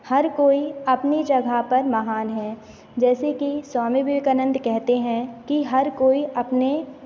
हर कोई अपनी जगह पर महान है जैसे कि स्वामी विवेकानंद कहते हैं कि हर कोई अपने